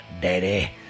daddy